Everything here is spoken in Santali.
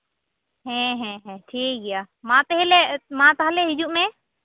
ᱦᱮᱸ ᱦᱮᱸ ᱦᱮᱸ ᱴᱷᱤᱠ ᱜᱮᱭᱟ ᱢᱟ ᱛᱟᱦᱚᱞᱮ ᱢᱟ ᱛᱟᱦᱚᱞᱮ ᱦᱤᱡᱩᱜ ᱢᱮ